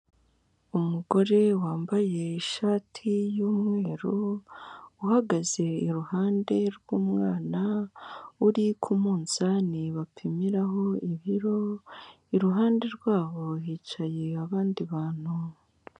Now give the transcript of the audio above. Umugore wambaye ishati y'umweru uhagaze i ruhande rw'umwana uri ku munzani bapimiraho ibiro, i ruhande rwabo hicaye abandi bantu.